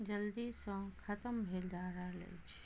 जल्दीसँ खतम भेल जा रहल अछि